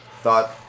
thought